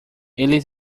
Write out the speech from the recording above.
ele